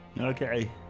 Okay